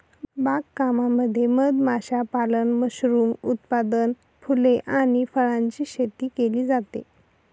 बाग कामामध्ये मध माशापालन, मशरूम उत्पादन, फुले आणि फळांची शेती केली जाते